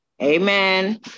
Amen